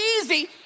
easy